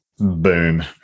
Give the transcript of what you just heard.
Boom